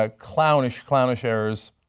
ah clownish clownish errors,